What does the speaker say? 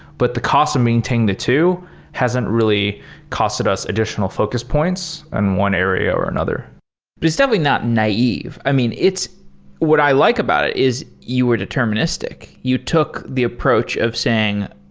but the cost of maintaining the two hasn't really costed us additional focus points in one area or another but it's definitely not naive. i mean, what i like about it is you were deterministic. you took the approach of saying,